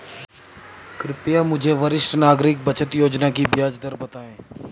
कृपया मुझे वरिष्ठ नागरिक बचत योजना की ब्याज दर बताएं?